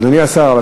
אדוני השר,